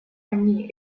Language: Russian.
они